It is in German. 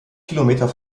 kilometer